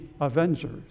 Avengers